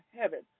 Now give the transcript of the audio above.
heaven